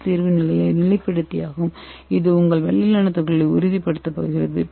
S தீர்வு நிலைப்படுத்தியாகும் இது உங்கள் வெள்ளி நானோ துகள்களை உறுதிப்படுத்தப் போகிறது